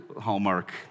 Hallmark